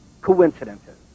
coincidences